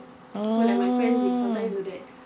oh